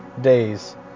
days